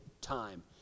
time